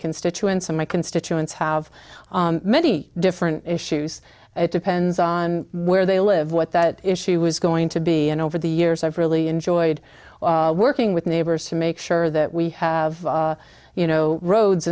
constituents and my constituents have many different issues it depends on where they live what that ishy was going to be and over the years i've really enjoyed working with neighbors to make sure that we have you know roads